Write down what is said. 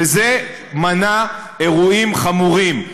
וזה מנע אירועים חמורים.